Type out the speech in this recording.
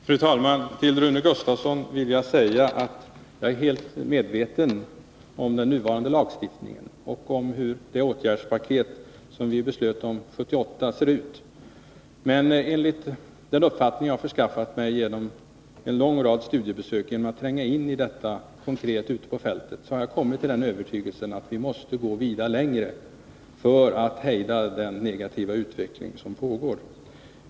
Fru talman! Till Rune Gustavsson vill jag säga att jag är helt medveten om den nuvarande lagstiftningen och om hur det åtgärdspaket som vi beslöt om 1978 ser ut. Men enligt den uppfattning jag förskaffat mig genom en lång rad studiebesök och genom att tränga in i detta konkret ute på fältet har jag kommit till den övertygelsen att vi måste gå vida längre för att kunna hejda den negativa utveckling som pågår.